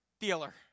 dealer